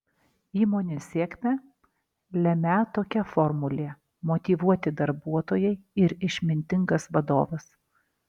įmonės sėkmę lemią tokia formulė motyvuoti darbuotojai ir išmintingas vadovas